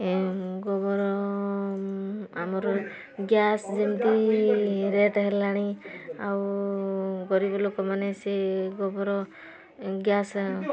ଏ ଗୋବର ଆମର ଗ୍ୟାସ୍ ଯେମିତି ରେଟ୍ ହେଲାଣି ଆଉ ଗରିବ ଲୋକମାନେ ସିଏ ଗୋବର ଗ୍ୟାସ୍